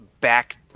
back